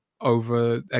over